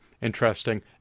interesting